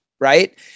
right